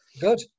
Good